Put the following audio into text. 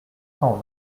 cent